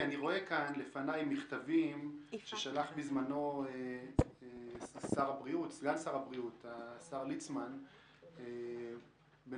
אני רואה לפניי מכתבים ששלח בזמנו סגן שר הבריאות ליצמן בנושא